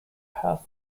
path